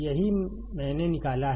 यही मैंने निकाला है